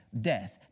death